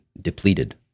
depleted